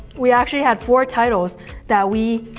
we actually had four titles that we,